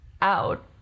out